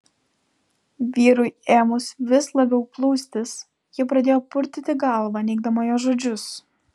vyrui ėmus vis labiau plūstis ji pradėjo purtyti galvą neigdama jo žodžius